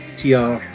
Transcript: TR